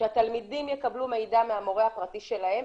כשהתלמידים יקבלו מידע מהמורה הפרטי שלהם,